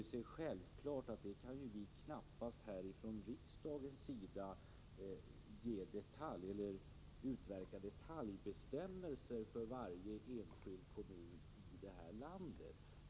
Det är självklart att vi knappast från riksdagen kan utfärda detaljbestämmelser för varje enskild kommun i detta land.